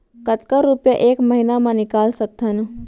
कतका रुपिया एक महीना म निकाल सकथन?